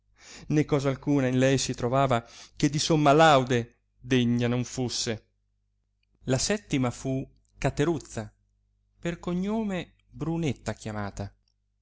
né cosa alcuna in lei si trovava che di somma laude degna non fusse la settima fu cateruzza per cognome brunetta chiamata